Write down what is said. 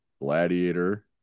Gladiator